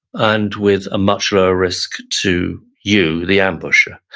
and with a much lower risk to you, the ambusher.